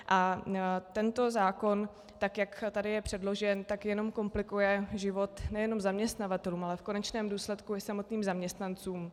A tento zákon, tak jak tady je předložen, jenom komplikuje život nejenom zaměstnavatelům, ale v konečném důsledku i samotným zaměstnancům.